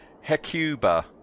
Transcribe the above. Hecuba